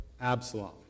Absalom